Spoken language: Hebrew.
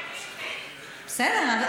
בסדר,